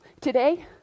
Today